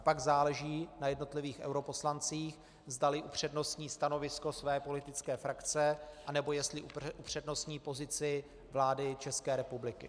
Pak záleží na jednotlivých europoslancích, zdali upřednostní stanovisko své politické frakce, anebo jestli upřednostní pozici vlády České republiky.